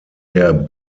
der